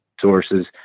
sources